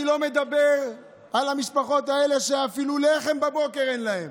אני לא מדבר על המשפחות האלה שאפילו לחם בבוקר אין להן,